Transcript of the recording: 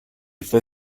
fue